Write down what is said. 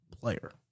player